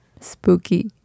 Spooky